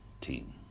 team